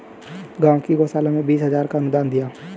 गांव की गौशाला में बीस हजार का अनुदान दिया